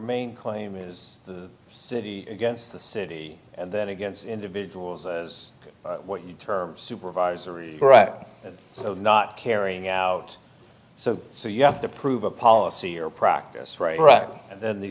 main claim is the city against the city and then against individuals as what you term supervisory and so not carrying out so so you have to prove a policy or practice right right and then the